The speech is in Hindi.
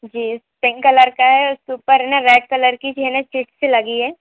जी पिंक कलर का है उसके ऊपर है ना रेड कलर की एक है ना चिट सी लगी हुई है